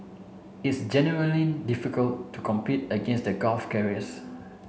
it's genuinely difficult to compete against the Gulf carriers